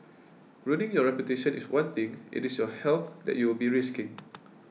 ruining your reputation is one thing it is your health that you will be risking